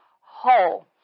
whole